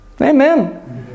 Amen